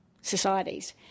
societies